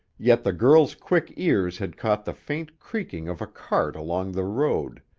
yet the girl's quick ears had caught the faint creaking of a cart along the road,